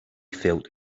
felt